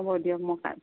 হ'ব দিয়ক মই